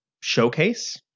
showcase